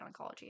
oncology